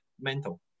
Mental